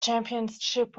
championship